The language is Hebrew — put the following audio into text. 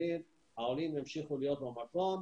ואני בטוחה שיצטרפו אליי כל הח"כים שנמצאים פה וגם מי שלא נמצא פה,